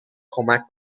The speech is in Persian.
کمک